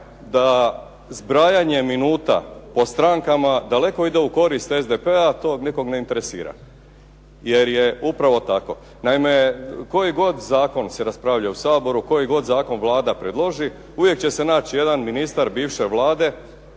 da zbrajanje minuta po strankama, daleko ide u korist SDP-a, to nikoga ne interesira, jer je upravo tako. Naime, koji god zakon se raspravlja u Saboru, koji god zakon Vlada predloži, uvijek će se naći jedan ministar bivše Vlade,